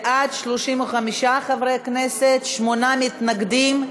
בעד, 35 חברי כנסת, שמונה מתנגדים,